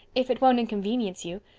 if it won't inconvenience you.